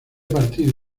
partido